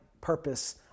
purpose